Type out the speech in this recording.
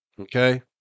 Okay